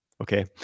okay